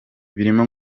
birimo